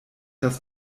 das